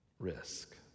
risk